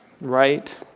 right